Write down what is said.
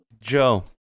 joe